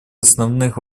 основных